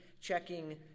checking